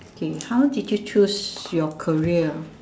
K how did you choose your career